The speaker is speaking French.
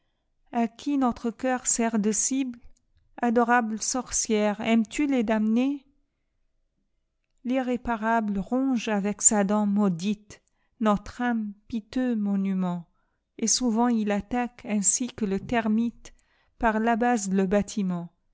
a qui notre cœur sert de cible adorable sorcière aimes-tu les damnés l'irréparable ronge avec sa dent maudite notre âme piteux monument et souvent il attaque ainsi que le termite par la base le bâtiment